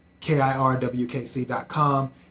KIRWKC.com